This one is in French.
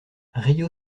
río